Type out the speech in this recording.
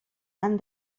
han